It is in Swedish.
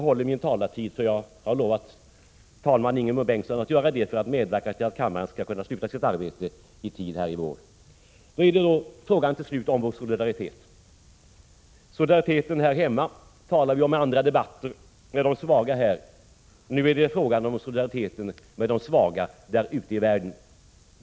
Till sist frågan om vår solidaritet. Solidariteten med de svaga här hemma talar vi om i andra debatter. Nu är det fråga om solidariteten med de svaga ute i världen.